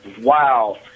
Wow